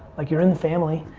like you're in the family.